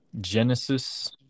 Genesis